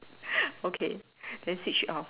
okay then switch it off